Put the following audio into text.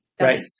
Right